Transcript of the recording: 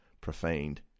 profaned